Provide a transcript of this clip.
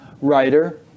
writer